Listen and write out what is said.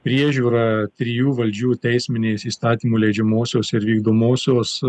priežiūra trijų valdžių teisminės įstatymų leidžiamosios ir vykdomosios